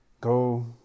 go